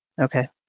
Okay